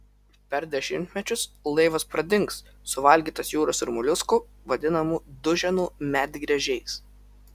per dešimtmečius laivas pradings suvalgytas jūros ir moliuskų vadinamų duženų medgręžiais